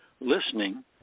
listening